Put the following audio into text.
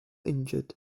injured